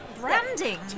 branding